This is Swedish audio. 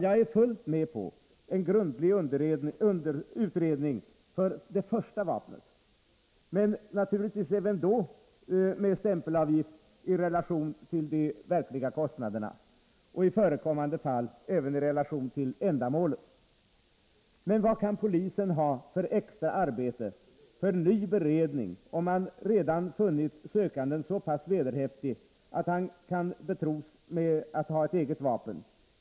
Jag är fullt med på en grundlig utredning för det första vapnet, men naturligtvis även då med en stämpelavgift som står i relation till de verkliga kostnaderna och i förekommande fall även i relation till ändamålet. Men vad kan polisen ha för extra arbete för ny beredning, om man redan funnit sökanden så pass vederhäftig att han kan betros med att ha ett eget vapen?